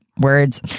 words